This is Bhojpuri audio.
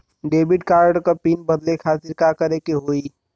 डेबिट कार्ड क पिन बदले खातिर का करेके होई?